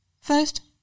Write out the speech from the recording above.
First